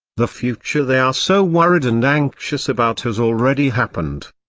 the future they are so worried and anxious about has already happened.